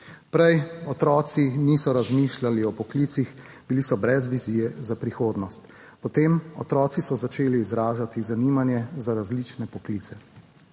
Prej otroci niso razmišljali o poklicih, bili so brez vizije za prihodnost, potem so otroci začeli izražati zanimanje za različne poklice.